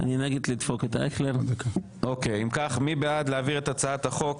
אם כך, מי בעד להעביר את הצעת החוק?